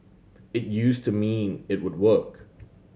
it used to mean it would work